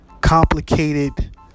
complicated